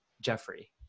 Jeffrey